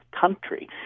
country